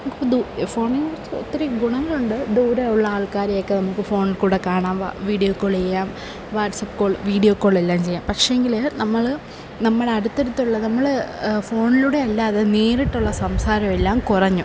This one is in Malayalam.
നമുക്ക് ഫോണിനെക്കുറിച്ച് ഒത്തിരി ഗുണങ്ങളുണ്ട് ദൂരെയുള്ള ആള്ക്കാരെയൊക്കെ നമുക്ക് ഫോണില് കൂടെ കാണാം വീഡിയോ കോള് ചെയ്യാം വാട്സപ്പ് കോള് വീഡിയോ കോളെല്ലാം ചെയ്യാം പക്ഷേ എങ്കില് നമ്മള് നമ്മുടെ അടുത്തടുത്തുള്ള നമ്മള് ഫോണിലൂടെയല്ലാതെ നേരിട്ടുള്ള സംസാരമെല്ലാം കുറഞ്ഞു